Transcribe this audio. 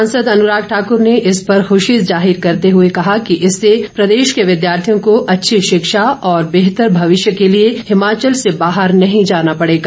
सांसद अनुराग ठाकुर ने इस पर खुशी जाहिर करते हुए कहा है कि इससे प्रदेश के विद्यार्थियों को अच्छी शिक्षा और बेहतर भविष्य के लिए हिमाचल से बाहर नहीं जाना पड़ेगा